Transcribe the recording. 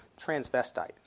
Transvestite